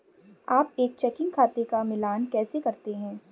आप एक चेकिंग खाते का मिलान कैसे करते हैं?